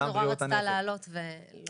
קטי נורא רצתה להעלות והיא לא יכולה.